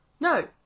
no